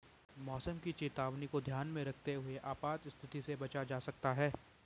मौसम की चेतावनी को ध्यान में रखते हुए आपात स्थिति से बचा जा सकता है